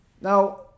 now